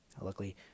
luckily